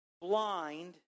blind